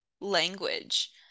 language